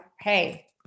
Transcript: hey